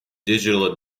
digital